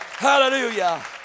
Hallelujah